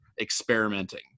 experimenting